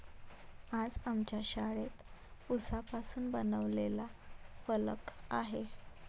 आज आमच्या शाळेत उसापासून बनवलेला फलक आहे